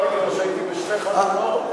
אז אמרתי לו שהייתי בשתי חתונות.